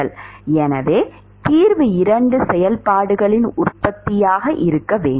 எனவே தீர்வு 2 செயல்பாடுகளின் உற்பத்தியாக இருக்க வேண்டும்